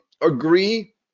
agree